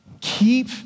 Keep